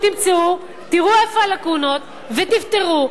תראו איפה הלקונות ותפתרו,